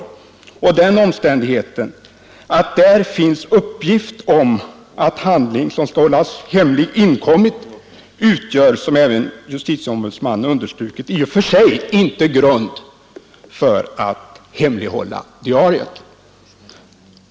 skatteärenden och Den omständigheten att där finns uppgift om att handling, som skall befrielse från aktiehållas hemlig, inkommit utgör, som även justitieombudsmannen under = Vinstbeskattning strukit, i och för sig inte grund för att hemlighålla diariet.